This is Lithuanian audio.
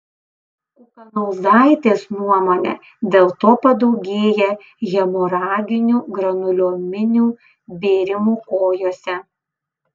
kukanauzaitės nuomone dėl to padaugėja hemoraginių granuliominių bėrimų kojose